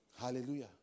Hallelujah